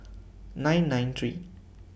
nine nine three